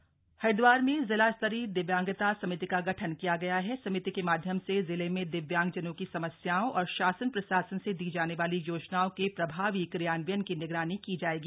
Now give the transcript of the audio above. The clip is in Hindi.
दिव्यांगता समिति हरिद्वार में जिला स्तरीय दिव्यांगता समिति का गठन किया गया हण समिति के माध्यम से जिले में दिव्यांगजनों की समस्याओं और शासन प्रशासन से दी जाने वाली योजनाओं के प्रभावी क्रियान्वयन की निगरानी की जायेगी